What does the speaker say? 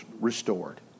restored